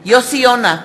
יוסי יונה,